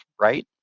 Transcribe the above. right